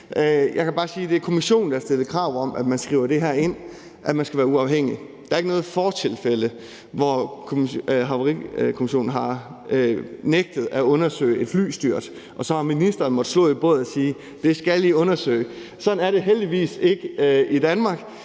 Jeg kan bare sige, at det er kommissionen, der har stillet krav om, at det bliver skrevet ind, at man skal være uafhængig. Der er ikke noget fortilfælde, hvor Havarikommissionen har nægtet at undersøge et flystyrt, og så har ministeren måttet slå i bordet og sige: Det skal I undersøge. Sådan er det heldigvis ikke i Danmark.